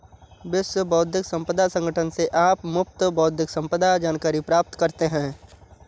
विश्व बौद्धिक संपदा संगठन से आप मुफ्त बौद्धिक संपदा जानकारी प्राप्त करते हैं